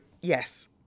yes